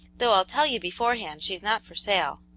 though i'll tell you beforehand she's not for sale.